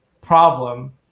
problem